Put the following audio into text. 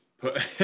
put